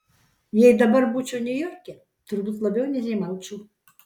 jei dabar būčiau niujorke turbūt labiau nerimaučiau